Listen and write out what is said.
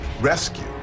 rescue